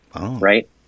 right